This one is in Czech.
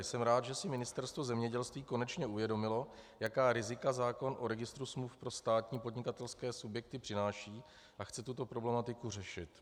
Jsem rád, že si Ministerstvo zemědělství konečně uvědomilo, jaká rizika zákon o registru smluv pro státní podnikatelské subjekty přináší, a chce tuto problematiku řešit.